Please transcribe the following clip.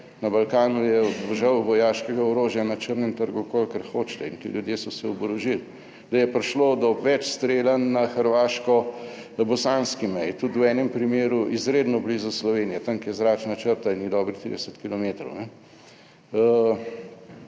na Balkanu je žal vojaškega orožja na črnem trgu kolikor hočete in ti ljudje so se oborožili -, da je prišlo do več streljanj na hrvaško bosanski meji, tudi v enem primeru izredno blizu Slovenije, tam kjer je zračna črta in ni dobrih 30 km.